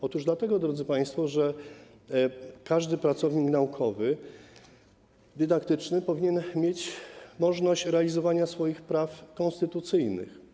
Otóż chodzi o to, drodzy państwo, że każdy pracownik naukowy, dydaktyczny powinien mieć możność realizowania swoich praw konstytucyjnych.